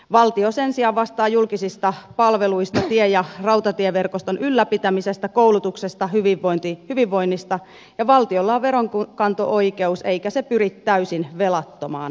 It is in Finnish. valtio sen sijaan vastaa julkisista palveluista tie ja rautatieverkoston ylläpitämisestä koulutuksesta sekä hyvinvoinnista ja valtiolla on veronkanto oikeus eikä se pyri täysin velattomaan tilaan